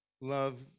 love